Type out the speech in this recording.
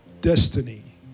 destiny